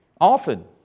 often